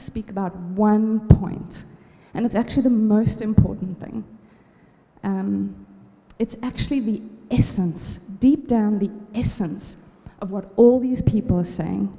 speak about one point and it's actually the most important thing it's actually the essence deep down the essence of what all these people saying